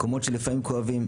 מקומות שלפעמים כואבים.